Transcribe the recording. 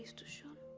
to me